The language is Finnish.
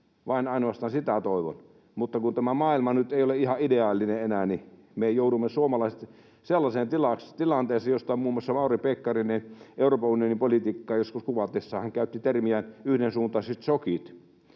Vain ainoastaan sitä toivon, mutta kun tämä maailma nyt ei ole ihan ideaalinen enää, niin me suomalaiset joudumme sellaiseen tilanteeseen, josta muun muassa Mauri Pekkarinen Euroopan unionin politiikkaa joskus kuvatessaan käytti termiä yhdensuuntaiset shokit.